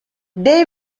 dave